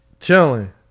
chilling